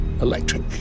electric